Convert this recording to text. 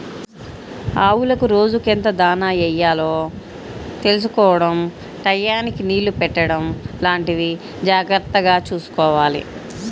ఆవులకు రోజుకెంత దాణా యెయ్యాలో తెలుసుకోడం టైయ్యానికి నీళ్ళు పెట్టడం లాంటివి జాగర్తగా చూసుకోవాలి